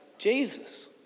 Jesus